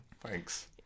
Thanks